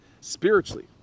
spiritually